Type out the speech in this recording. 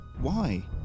Why